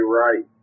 right